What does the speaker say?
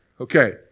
Okay